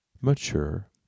mature